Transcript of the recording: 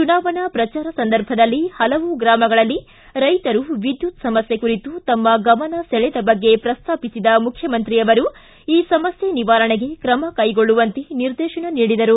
ಚುನಾವಣಾ ಪ್ರಚಾರ ಸಂದರ್ಭದಲ್ಲಿ ಹಲವು ಗ್ರಾಮಗಳಲ್ಲಿ ರೈತರು ವಿದ್ಯುತ್ ಸಮಸ್ಥೆ ಕುರಿತು ತಮ್ಮ ಗಮನ ಸೆಳೆದ ಬಗ್ಗೆ ಪ್ರಸ್ತಾಪಿಸಿದ ಮುಖ್ಯಮಂತ್ರಿ ಅವರು ಈ ಸಮಸ್ವೆ ನಿವಾರಣೆಗೆ ಕ್ರಮ ಕೈಗೊಳ್ಳುವಂತೆ ನಿರ್ದೇಶನ ನೀಡಿದರು